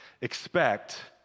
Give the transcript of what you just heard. Expect